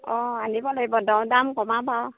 অঁ আনিব লাগিব দৰ দাম কমাবা আৰু